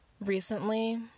recently